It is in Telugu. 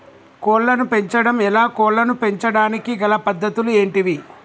కోళ్లను పెంచడం ఎలా, కోళ్లను పెంచడానికి గల పద్ధతులు ఏంటివి?